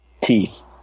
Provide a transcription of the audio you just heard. Teeth